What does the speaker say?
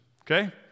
okay